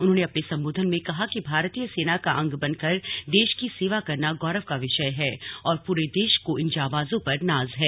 उन्होंने अपने संबोधन में कहा कि भारतीय सेना का अंग बनकर देश की सेवा करना गौरव का विषय है और पूरे देश को इन जांबाजों पर नाज है